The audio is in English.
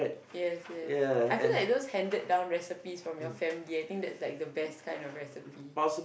yes yes I feel like those handed down recipes from your family I think that's like the best kind of recipe